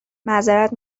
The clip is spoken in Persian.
معذرت